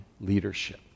leadership